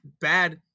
bad